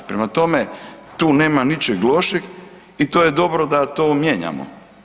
Prema tome, tu nema ničeg lošeg i to je dobro da to mijenjamo.